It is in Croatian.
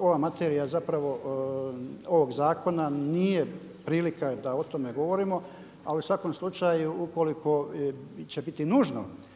ova materija zapravo ovog zakona nije prilika da o tome govorimo. Ali u svakom slučaju ukoliko će biti nužno